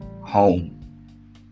home